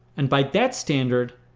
and by that standard,